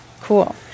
Cool